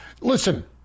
Listen